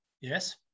Yes